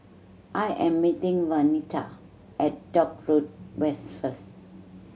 I am meeting Waneta at Dock Road West first